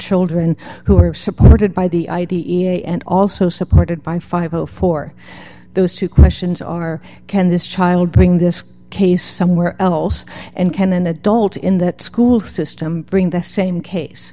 children who are supported by the i d e a and also supported by fifty for those two questions are can this child bring this case somewhere else and can an adult in that school system bring the same case